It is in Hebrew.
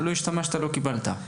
לא התשמשת לא קיבלת.